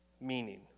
meaning